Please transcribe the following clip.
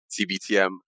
CBTM